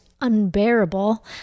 unbearable